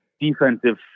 defensive